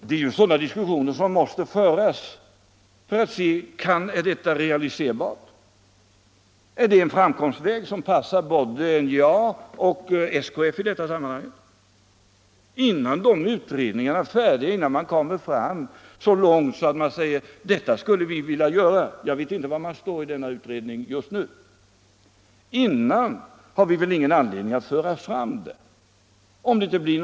Det är sådana diskussioner som man måste föra för att se om det är realiserbart, om det är en framkomlig väg som passar både NJA och SKF. Innan de utredningarna är färdiga och innan man kommer så långt att man säger att detta skulle vi vilja göra — jag vet inte vad man står i denna utredning just nu — har vi väl ingen anledning att föra fram det.